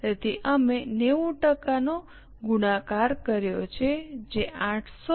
તેથી અમે 90 ટકાનો ગુણાકાર કર્યો છે જે 858